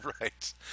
Right